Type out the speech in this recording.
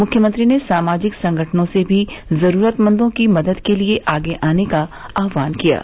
मुख्यमंत्री ने सामाजिक संगठनों से भी जरूरतमंदों की मदद के लिए आगे आने का आहवान किया है